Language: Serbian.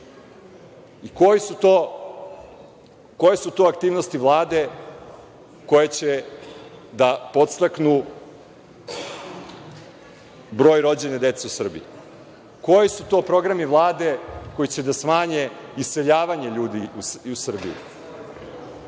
Koje su to aktivnosti Vlade koje će da podstaknu broj rođene dece u Srbiji? Koji su to programi Vlade koji će da smanje iseljavanje ljudi iz Srbije?